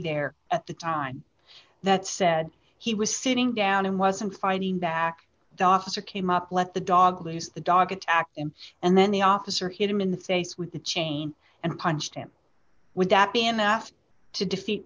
there at the time that said he was sitting down and wasn't fighting back doctor came up let the dog loose the dog attacked him and then the officer hit him in the face with a chain and punched him would that be enough to defeat